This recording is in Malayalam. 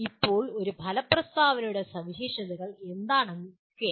ഇപ്പോൾ ഒരു ഫല പ്രസ്താവനയുടെ സവിശേഷതകൾ എന്തൊക്കെയാണ്